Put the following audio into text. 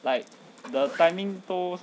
like the timing 都